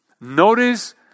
Notice